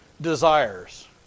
desires